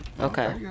Okay